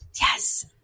yes